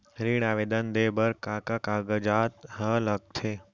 ऋण आवेदन दे बर का का कागजात ह लगथे?